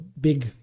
big